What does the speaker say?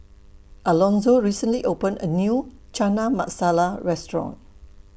Alonzo recently opened A New Chana Masala Restaurant